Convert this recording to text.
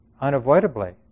unavoidably